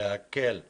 להקל